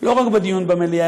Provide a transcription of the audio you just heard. לא רק בדיון במליאה,